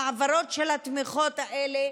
ההעברה של התמיכות האלה,